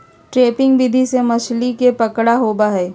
trapping विधि से मछली के पकड़ा होबा हई